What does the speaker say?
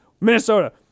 Minnesota